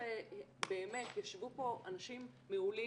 שבאמת ישבו פה אנשים מעולים,